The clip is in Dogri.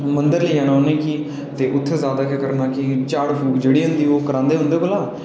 मंदर लेई जाना उ'नेंगी ते उत्थें जादा केह् करना कि झाड़ फूक जेह्ड़ी होंदी ओह् करांदे उं'दे कोला